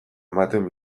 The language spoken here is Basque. ematen